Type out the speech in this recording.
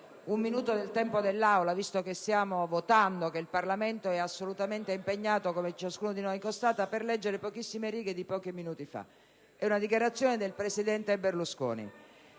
un minuto del tempo dell'Aula, visto che stiamo votando e che il Parlamento è assolutamente impegnato nel lavoro, come ciascuno di noi può constatare, per leggere pochissime righe di agenzia di pochi minuti fa. Si tratta di una dichiarazione del presidente Berlusconi.